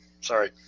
Sorry